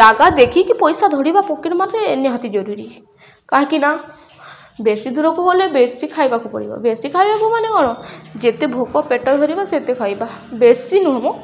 ଜାଗା ଦେଖିକି ପଇସା ଧରିବା ପକେଟ୍ ମାର୍ରେ ଏ ନିହାତି ଜରୁରୀ କାହିଁକି ନା ବେଶୀ ଦୂରକୁ ଗଲେ ବେଶୀ ଖାଇବାକୁ ପଡ଼ିବ ବେଶୀ ଖାଇବାକୁ ମାନେ କ'ଣ ଯେତେ ଭୋକ ପେଟ ଧରିବ ସେତେ ଖାଇବା ବେଶୀ ନୁହଁ ମ